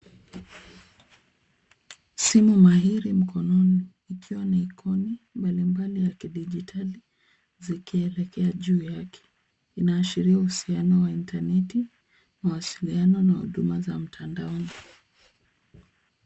Simu mahiri mkononi ikiwa na aikoni mbalimbali ya kidijitali zikielekea juu yake. Inaashiria uhusiano wa intaneti, mawasiliano na huduma za mtandaoni.